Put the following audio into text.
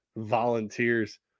volunteers